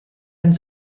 and